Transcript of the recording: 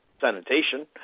sanitation